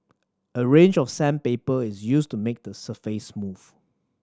a range of sandpaper is used to make the surface smooth